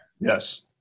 Yes